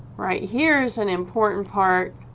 right here is an important part